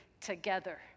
together